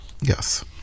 Yes